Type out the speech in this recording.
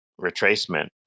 retracement